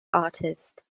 artist